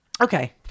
Okay